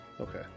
Okay